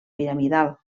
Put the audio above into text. piramidal